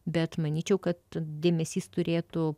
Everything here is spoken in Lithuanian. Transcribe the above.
bet manyčiau kad dėmesys turėtų